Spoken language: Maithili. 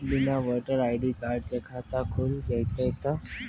बिना वोटर आई.डी कार्ड के खाता खुल जैते तो?